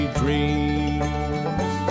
dreams